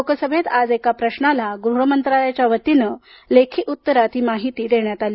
लोकसभेत आज एका प्रशाला गृहमंत्रालयाच्या वतीनं लेखी उत्तर देताना ही माहिती देण्यात आली